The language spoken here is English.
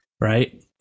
right